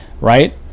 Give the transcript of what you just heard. Right